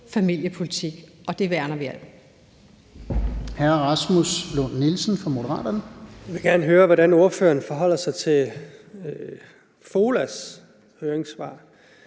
familiepolitik, og det værner vi om.